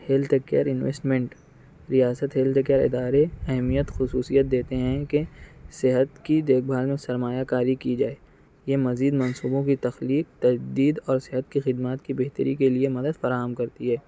health care investment ریاست health care ادارے ہم یہ خصوصیت دیتے ہیں کہ صحت کی دیکھ بھال میں سرمایہ کاری کی جائے یہ مزید منصوبوں کی تخلیق تجدید اور صحت کی خدمات کی بہتری کے لیے مدد فراہم کرتی ہے